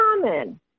common